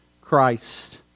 Christ